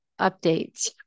updates